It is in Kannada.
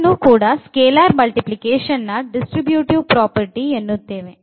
ಇದನ್ನು ಸ್ಕೆಲಾರ್ ಮಲ್ಟಿಪ್ಲಿಕೇಷನ್ ನ ಡಿಸ್ಟ್ರಿಬ್ಯುಟಿವ್ ಪ್ರಾಪರ್ಟಿ ಎನ್ನುತ್ತೇವೆ